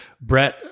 Brett